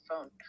phone